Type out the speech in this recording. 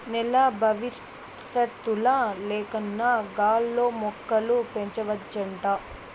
నేల బవిసత్తుల లేకన్నా గాల్లో మొక్కలు పెంచవచ్చంట